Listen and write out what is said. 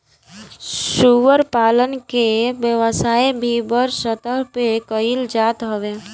सूअर पालन के व्यवसाय भी बड़ स्तर पे कईल जात हवे